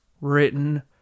written